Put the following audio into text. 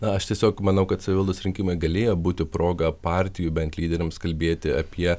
na aš tiesiog manau kad savivaldos rinkimai galėjo būti proga partijų bent lyderiams kalbėti apie